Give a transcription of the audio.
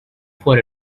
for